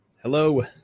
Hello